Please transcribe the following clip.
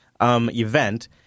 event